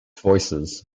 voices